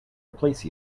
replace